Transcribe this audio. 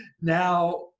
Now